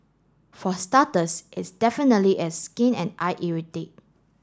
for starters it's definitely a skin and eye irritate